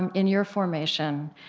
and in your formation,